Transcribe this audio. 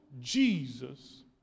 Jesus